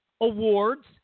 awards